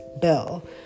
bill